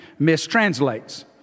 mistranslates